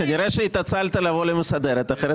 כנראה שהתעצלת לבוא למסדרת כי אחרת